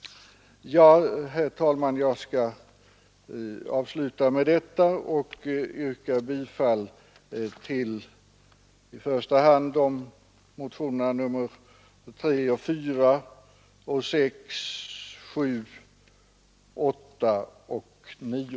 Herr talman! Jag skall avsluta med detta och yrka bifall i första hand till reservationerna 3, 4, 6, 7, 8 och 9.